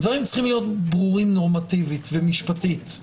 דברים צריכים להיות ברורים נורמטיבית ומשפטית,